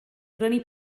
brynu